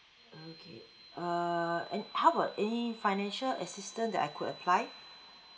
okay uh and how about any financial assistance that I could applied